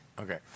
Okay